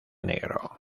negro